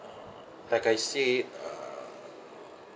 like I said uh